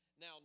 Now